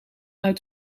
uit